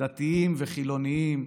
דתיים וחילונים,